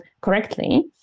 correctly